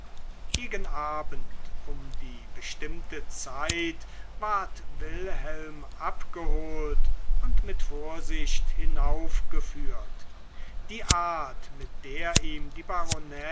gegen abend um die bestimmte zeit ward wilhelm abgeholt und mit vorsicht hinaufgeführt die art mit der ihm die